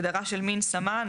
הגדרה של "מין סמן".